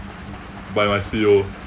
by my C_O